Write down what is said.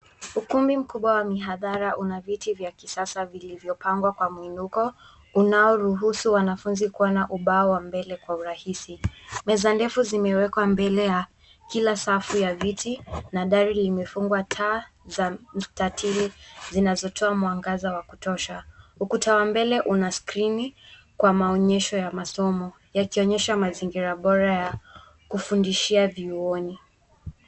Ukumbi mkubwa wa mihadhara una viti vya kisasa vilivyopangwa kwa muinuko unaoruhusu wanafunzi kuona ubao wa mbele kwa urahisi. Meza ndefu zimewekwa mbele ya kila safu ya viti. Mandhari imefungwa taa za mstatili zinazotoa mwangaza wa kutosha. Ukuta wa mbele una skrini kwa maonyesho ya masomo yakionyesha mazingira bora ya kufundishia vyuoni.